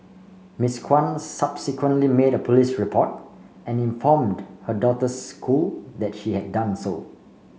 Miss Kwan subsequently made a police report and informed her daughter school that she had done so